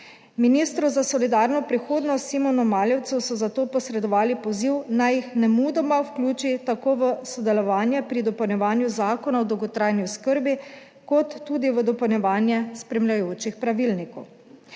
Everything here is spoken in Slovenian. Ministru za solidarno prihodnost, Simonu Maljevcu, so zato posredovali poziv, naj jih nemudoma vključi tako v sodelovanje pri dopolnjevanju zakona o dolgotrajni oskrbi kot tudi v dopolnjevanje spremljajočih pravilnikov.